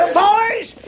boys